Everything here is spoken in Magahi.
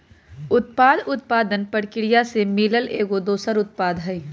उपोत्पाद उत्पादन परकिरिया से मिलल एगो दोसर उत्पाद हई